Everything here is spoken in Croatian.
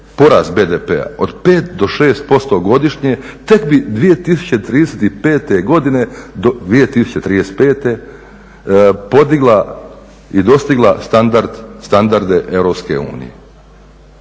porast BDP-a od 5 do 6% godišnje tek bi 2035. godine podigla i dostigla standarde EU.